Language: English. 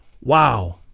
wow